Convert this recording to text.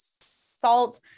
salt